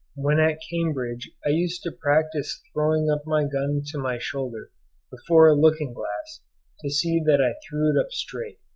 when at cambridge i used to practise throwing up my gun to my shoulder before a looking-glass to see that i threw it up straight.